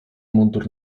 mundur